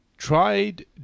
tried